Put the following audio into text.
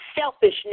selfishness